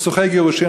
סכסוכי גירושים,